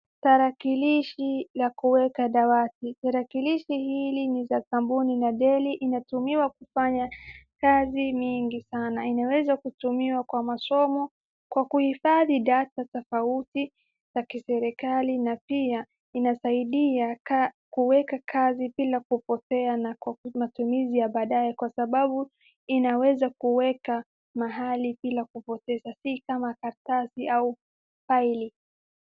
Tarakilishi la kuweka dawati. Tarakilishi hili ni za kampuni na Dell inatumiwa kufanya kazi mingi sana. Inaweza kutumiwa kwa masomo, kwa kuhifadhi data tofauti za kiserikali na pia inasaidia kuweka kazi bila kupotea na kwa matumizi ya baadae kwa sababu inaweza kuweka mahali bila kupoteza si kama karatasi au faili.